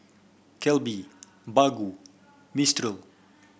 Calbee Baggu Mistral